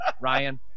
Ryan